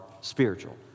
spiritual